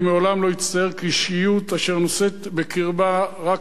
כאישיות אשר נושאת בקרבה רק מסר אחד,